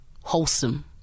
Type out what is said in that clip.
Wholesome